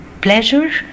pleasure